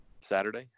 Saturday